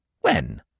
When